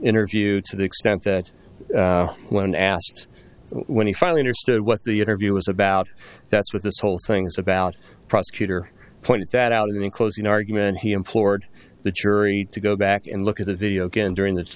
interview to the extent that when asked when he finally understood what the interview was about that's what this whole thing's about prosecutor point that out in the closing argument he implored the jury to go back and look at the video game during th